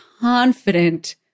confident